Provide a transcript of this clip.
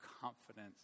confidence